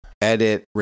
edit